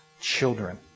children